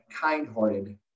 kind-hearted